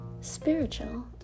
spiritual